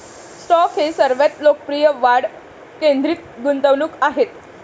stock हे सर्वात लोकप्रिय वाढ केंद्रित गुंतवणूक आहेत